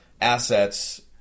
assets